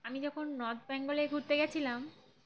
আমি যখন নর্থ বেঙ্গলে ঘুরতে গেছিলাম